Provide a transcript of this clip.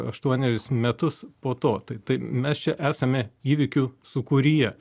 aštuonerius metus po to tai tai mes čia esame įvykių sūkuryje